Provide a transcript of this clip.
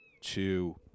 two